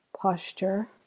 posture